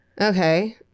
Okay